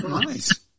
nice